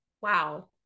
wow